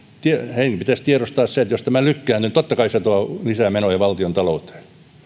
pitäisi tiedostaa se että jos tämä lykkääntyy niin totta kai se tuo lisää menoja valtiontalouteen